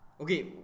Okay